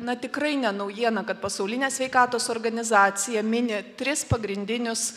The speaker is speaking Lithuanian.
na tikrai ne naujiena kad pasaulinė sveikatos organizacija mini tris pagrindinius